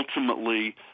ultimately